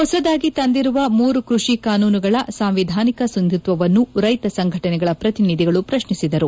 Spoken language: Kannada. ಹೊಸದಾಗಿ ತಂದಿರುವ ಮೂರು ಕೃಷಿ ಕಾನೂನುಗಳ ಸಾಂವಿಧಾನಿಕ ಸಿಂಧುತ್ವವನ್ನು ರೈತ ಸಂಘಗಳ ಪ್ರತಿನಿಧಿಗಳು ಪ್ರಶ್ನಿಸಿದರು